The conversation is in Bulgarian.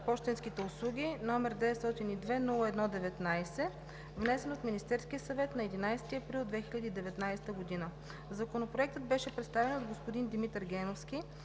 пощенските услуги, № 902-01-19, внесен от Министерския съвет на 11 април 2019г. Законопроектът беше представен от господин Димитър Геновски